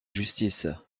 justice